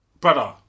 brother